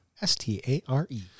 S-T-A-R-E